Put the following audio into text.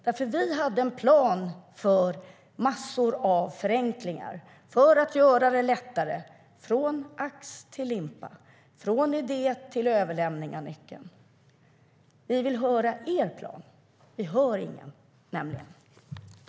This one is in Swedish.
Vi hade nämligen en plan på massor av förenklingar för att göra det lättare från ax till limpa och från idé till överlämning av nyckeln. Vi vill höra er plan. Vi hör nämligen ingen.